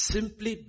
Simply